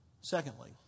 Secondly